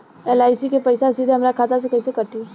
LIC के पईसा सीधे हमरा खाता से कइसे कटी?